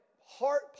heart